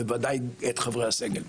בוודאי את חברי הסגל.